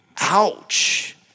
Ouch